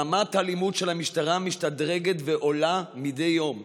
רמת האלימות של המשטרה משתדרגת ועולה מדי יום.